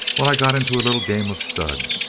well, i got into a little game of stud,